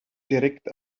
direkt